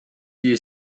you